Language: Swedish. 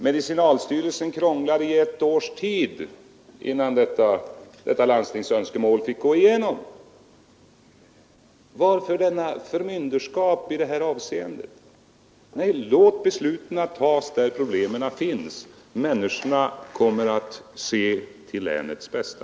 Medicinalstyrelsen krånglade i ett års tid innan detta landstingsönskemål fick gå igenom. Varför detta förmynderskap i det här Nr 144 avseendet? Nej, låt besluten tas där problemen finns! Människorna kommer att se till länets bästa.